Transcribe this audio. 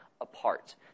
apart